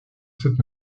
cette